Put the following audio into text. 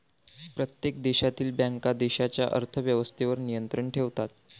प्रत्येक देशातील बँका देशाच्या अर्थ व्यवस्थेवर नियंत्रण ठेवतात